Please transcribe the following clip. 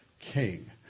king